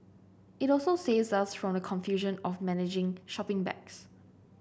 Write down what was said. it also saves us from the confusion of managing shopping bags